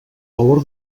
valor